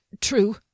true